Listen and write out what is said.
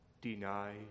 deny